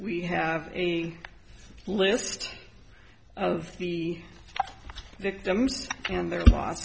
we have a list of the victims and their l